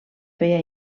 feia